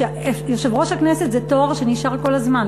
יושב-ראש הכנסת זה תואר שנשאר כל הזמן,